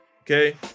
okay